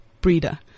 breeder